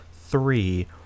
three